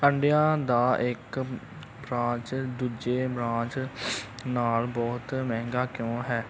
ਅੰਡਿਆਂ ਦਾ ਇੱਕ ਬ੍ਰਾਂਚ ਦੂਜੇ ਬ੍ਰਾਂਚ ਨਾਲ ਬਹੁਤ ਮਹਿੰਗਾ ਕਿਉਂ ਹੈ